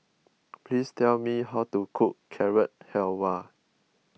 please tell me how to cook Carrot Halwa